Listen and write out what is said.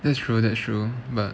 that's true that's true but